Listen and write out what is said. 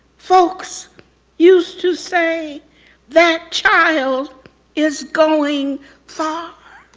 folks used to say that child is going far.